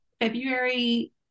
February